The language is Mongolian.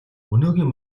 өнөөгийн